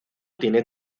tiene